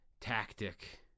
tactic